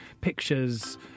pictures